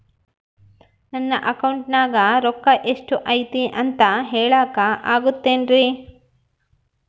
ನನ್ನ ಅಕೌಂಟಿನ್ಯಾಗ ರೊಕ್ಕ ಎಷ್ಟು ಐತಿ ಅಂತ ಹೇಳಕ ಆಗುತ್ತೆನ್ರಿ?